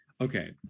okay